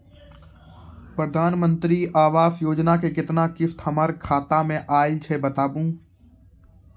प्रधानमंत्री मंत्री आवास योजना के केतना किस्त हमर खाता मे आयल छै बताबू?